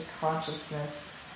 consciousness